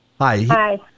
Hi